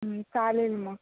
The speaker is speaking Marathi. चालेल मग